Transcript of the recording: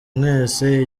mwese